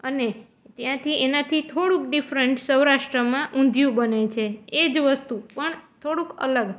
અને ત્યાંથી એનાથી થોડુંક ડિફરન્ટ સૌરાષ્ટ્રમાં ઊંધિયું બને છે એ જ વસ્તુ પણ થોડુંક અલગ